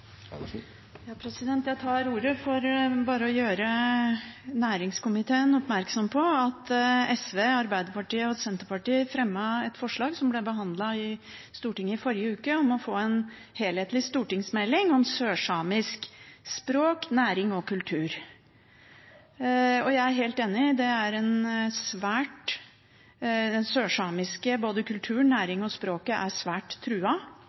Jeg tar ordet for å gjøre næringskomiteen oppmerksom på at SV, Arbeiderpartiet og Senterpartiet fremmet et forslag som ble behandlet i Stortinget i forrige uke, om å få en helhetlig stortingsmelding om sørsamisk språk, næring og kultur. Jeg er helt enig: Den sørsamiske kulturen, næringen og språket er svært